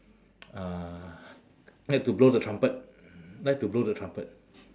uh like to blow the trumpet like to blow the trumpet